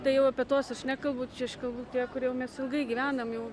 tai jau apie tuos aš nekalbu čia aš kalbu tie kurie jau mes ilgai gyvenam jau